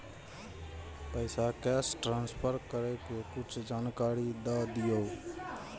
पैसा cash transfer करऐ कि कुछ जानकारी द दिअ